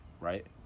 Right